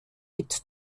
mit